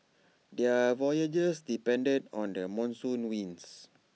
their voyages depended on the monsoon winds